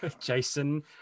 Jason